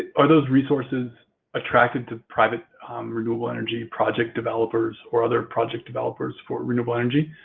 ah are those resources attractive to private renewable energy project developers or other project developers for renewable energy?